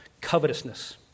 covetousness